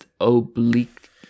oblique